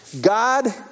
God